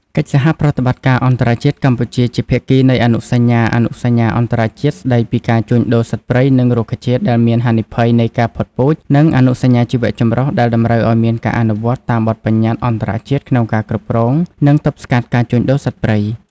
កិច្ចសហប្រតិបត្តិការអន្តរជាតិ កម្ពុជាជាភាគីនៃអនុសញ្ញា អនុសញ្ញាអន្តរជាតិស្តីពីការជួញដូរសត្វព្រៃនិងរុក្ខជាតិដែលមានហានិភ័យនៃការផុតពូជ និងអនុសញ្ញាជីវៈចម្រុះ ដែលតម្រូវឱ្យមានការអនុវត្តតាមបទប្បញ្ញត្តិអន្តរជាតិក្នុងការគ្រប់គ្រង និងទប់ស្កាត់ការជួញដូរសត្វព្រៃ។